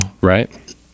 right